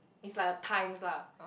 it's like a times lah